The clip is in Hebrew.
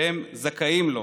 שהם זכאים לו?